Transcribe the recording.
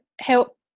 help